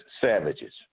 savages